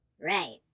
Right